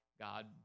God